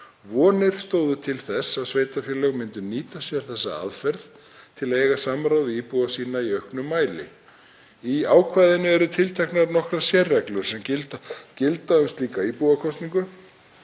vonir til þess að sveitarfélög myndu nýta sér þessa aðferð til að eiga samráð við íbúa sína í auknum mæli. Í ákvæðinu voru tilteknar nokkrar sérreglur sem gilda um slíka íbúakosningu